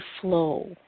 flow